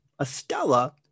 Estella